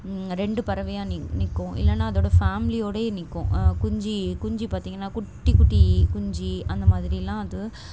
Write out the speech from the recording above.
ரெண்டு பறவையா நி நிற்கும் இல்லைன்னா அதோடய ஃபேம்லியோடையே நிற்கும் குஞ்சு குஞ்சு பார்த்தீங்கன்னா குட்டி குட்டி குஞ்சு அந்த மாதிரிலாம் அது